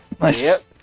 Nice